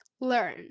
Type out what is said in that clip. learn